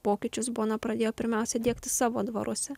pokyčius bona pradėjo pirmiausia diegti savo dvaruose